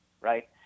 right